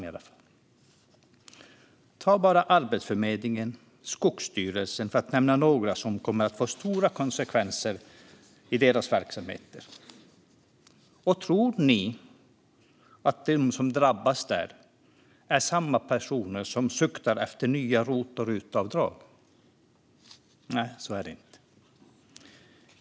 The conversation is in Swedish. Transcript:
Jag vill nämna Arbetsförmedlingen och Skogsstyrelsen, som är ett par myndigheter som kommer att få stora konsekvenser i sina verksamheter. Tror ni att de som drabbas där är samma personer som suktar efter nya ROT och RUT-avdrag? Nej, så är det inte.